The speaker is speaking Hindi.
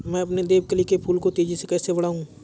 मैं अपने देवकली के फूल को तेजी से कैसे बढाऊं?